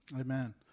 Amen